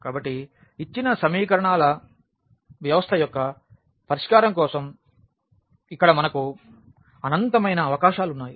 కాబట్టి ఇచ్చిన సమీకరణాల వ్యవస్థ యొక్క పరిష్కారం కోసం ఇక్కడ మనకు అనంతమైన అవకాశాలు ఉన్నాయి